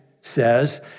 says